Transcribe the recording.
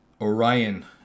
Orion